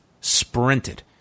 sprinted